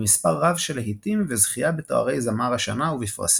מספר רב של להיטים וזכייה בתוארי זמר השנה ובפרסים.